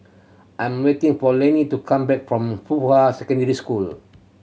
I am waiting for Lennie to come back from Fuhua Secondary School